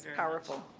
powerful.